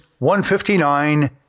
159